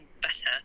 better